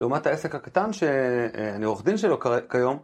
לעומת העסק הקטן שלעורך דין שלו כיום